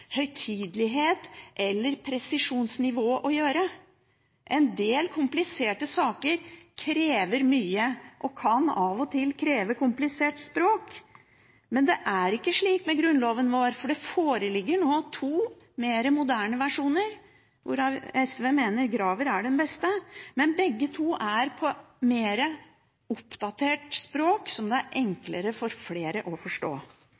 eller presisjonsnivå. En del kompliserte saker krever mye og kan av og til kreve komplisert språk. Men slik er det ikke med Grunnloven vår, for det foreligger nå to mer moderne versjoner, hvorav SV mener Graver er den beste, men begge to er i et mer oppdatert språk, som det er enklere for flere å forstå.